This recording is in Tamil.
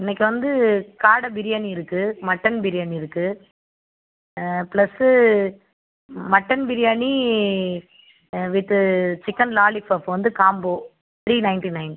இன்னைக்கு வந்து காடை பிரியாணி இருக்கு மட்டன் பிரியாணி இருக்கு plus mutton biryani with chicken lollipop வந்து காம்போ த்ரீ நைன்ட்டி நைன்